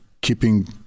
keeping